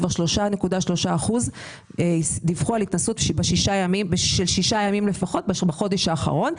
כבר 3.3 אחוזים דיווחו על התנסות של לפחות שישה ימים בחודש האחרון.